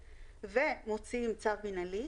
ומוציאים צו מינהלי.